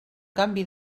canvi